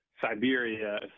Siberia